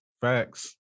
Facts